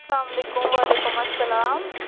اسلام علیکُم وعلیکُم اسلام